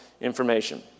information